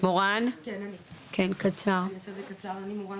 אני בת 49, מורן